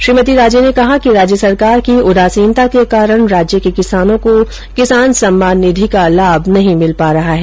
श्रीमती राजे ने कहा कि राज्य सरकार की उदासीनता के कारण राज्य के किसानों को किसान सम्मान निधि का लाभ नहीं मिल पा रहा है